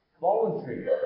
voluntary